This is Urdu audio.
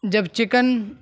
جب چکن